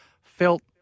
felt